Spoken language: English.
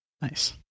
nice